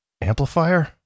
amplifier